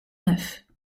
neuf